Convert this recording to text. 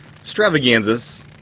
extravaganzas